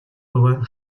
хувиа